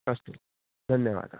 अस्तु धन्यवादः